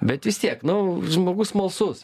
bet vis tiek nu žmogus smalsus